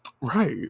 Right